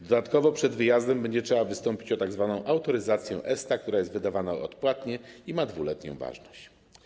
Dodatkowo przed wyjazdem trzeba będzie wystąpić o tzw. autoryzację ESTA, która jest wydawana odpłatnie i ma 2-letnią ważność.